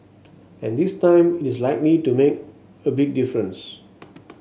and this time it is likely to make a big difference